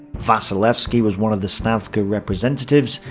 vasilevsky was one of the stavka representatives,